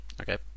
Okay